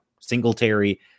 Singletary